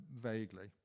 vaguely